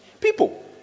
People